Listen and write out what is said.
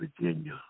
Virginia